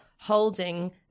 holding